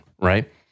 right